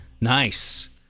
Nice